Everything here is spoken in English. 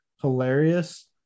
hilarious